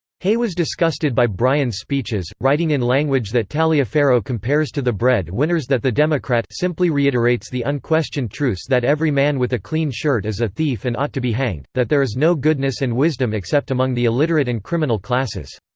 hay was disgusted by bryan's speeches, writing in language that taliaferro compares to the bread-winners that the democrat simply reiterates the unquestioned truths that every man with a clean shirt is a thief and ought to be hanged that there is no goodness and wisdom except among the illiterate and criminal classes.